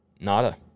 nada